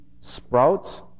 sprouts